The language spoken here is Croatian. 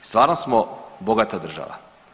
I stvarno smo bogata država.